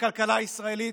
ולכלכלה הישראלית.